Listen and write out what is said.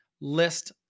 list